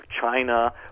China